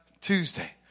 Tuesday